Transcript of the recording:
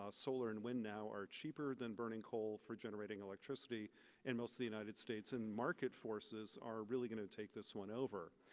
solar and wind now are cheaper than burning coal for generating electricity in most of the united states, and market forces are really gonna take this one over.